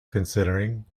considering